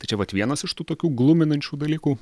tai čia vat vienas iš tų tokių gluminančių dalykų